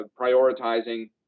prioritizing